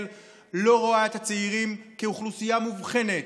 לא רואה את הצעירים כאוכלוסייה מובחנת,